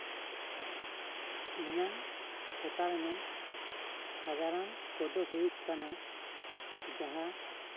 ᱤᱧᱟᱹᱜ ᱴᱚᱴᱷᱟ ᱨᱮᱱᱟᱝ ᱥᱟᱸᱜᱟᱲᱚᱢ ᱠᱚᱫᱚ ᱦᱩᱭᱩᱜ ᱠᱟᱱᱟ ᱡᱟᱦᱟᱸ